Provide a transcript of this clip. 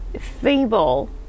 Fable